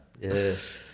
Yes